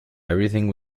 everything